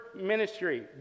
ministry